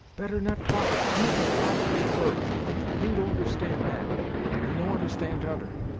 better not talk of any but fader and hurry mingo understand dat he no understand t'udder.